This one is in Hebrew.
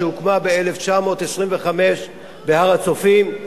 שהוקמה בשנת 1925 בהר-הצופים,